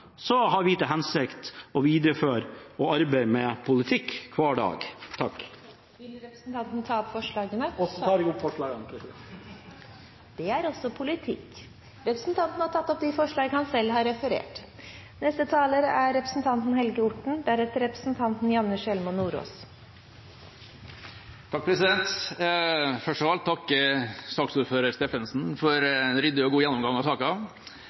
har vi til hensikt å videreføre det å arbeide med politikk hver dag. Vil representanten ta opp forslag? Jeg tar opp forslagene fra Arbeiderpartiet og Senterpartiet, president. Det er også politikk. Representanten Kjell-Idar Juvik har tatt opp de forslagene han